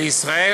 בישראל,